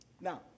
Now